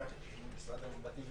כל הנציגים של משרד המשפטים,